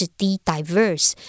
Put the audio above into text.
diverse